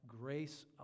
grace